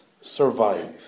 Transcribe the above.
survive